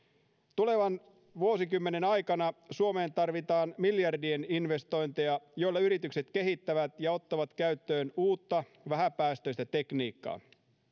tulevan vuosikymmenen aikana suomeen tarvitaan miljardien investointeja joilla yritykset kehittävät ja ottavat käyttöön uutta vähäpäästöistä tekniikkaa